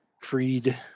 freed